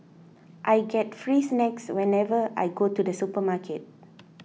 I get free snacks whenever I go to the supermarket